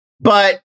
But-